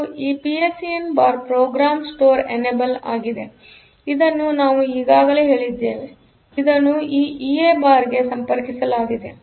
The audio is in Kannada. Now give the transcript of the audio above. ಮತ್ತು ಈ PSN bar program store enable ಆಗಿದೆ ಆದ್ದರಿಂದ ಇದನ್ನು ನಾವು ಈಗಾಗಲೇ ಹೇಳಿದ್ದೇವೆ ಇದನ್ನು ಈ ಇಎ ಬಾರ್ ಗೆ ಸಂಪರ್ಕಿಸಲಾಗಿದೆ